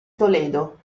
toledo